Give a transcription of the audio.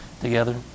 together